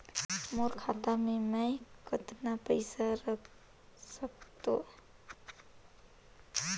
मोर खाता मे मै कतना पइसा रख सख्तो?